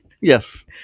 yes